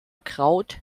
kraut